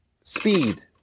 speed